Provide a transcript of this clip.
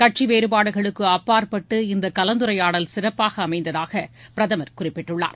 கட்சி வேறபாடுகளுக்கு அப்பாற்பட்டு இந்த கலந்துரையாடல் சிறப்பாக அமைந்ததாக பிரதமர் குறிப்பிட்டுள்ளார்